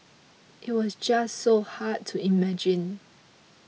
it was just so hard to imagine